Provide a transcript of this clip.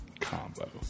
Combo